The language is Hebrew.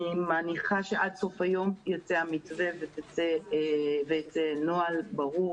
אני מניחה שעד סוף היום ייצא המתווה וייצא נוהל ברור.